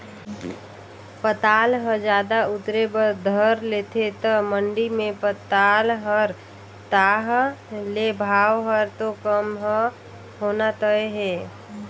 पताल ह जादा उतरे बर धर लेथे त मंडी मे पताल हर ताह ले भाव हर तो कम ह होना तय हे